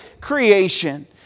creation